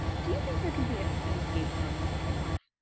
do you think there can be an escape from the trade off?